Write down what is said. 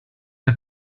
ein